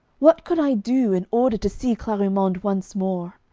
what could i do in order to see clarimonde once more?